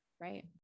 right